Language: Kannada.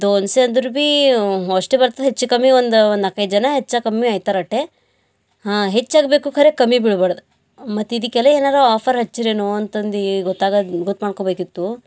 ದೋನ್ಸೆ ಅಂದ್ರು ಬೀ ಅಷ್ಟೆ ಬರ್ತದೆ ಹೆಚ್ಚು ಕಮ್ಮಿ ಒಂದು ಒಂದು ನಾಲ್ಕೈದು ಜನ ಹೆಚ್ಚು ಕಮ್ಮಿ ಆಯ್ತಾರಟ್ಟೆ ಹಾಂ ಹೆಚ್ಚಾಗಬೇಕು ಖರೆ ಕಮ್ಮಿ ಬೀಳ್ಬಾರ್ದು ಮತ್ತಿದಕ್ಕೆಲ ಏನಾರ ಆಫರ್ ಹಚ್ಚಿರೇನೋ ಅಂತಂದೀ ಗೊತ್ತಾಗದ ಗೊತ್ತು ಮಾಡ್ಕೋಬೇಕಿತ್ತು